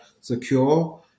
secure